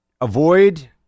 avoid